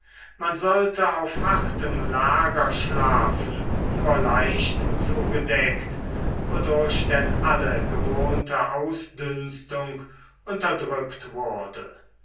man sollte auf hartem lager schlafen nur leicht zugedeckt wodurch denn alle gewohnte ausdünstung unterdrückt wurde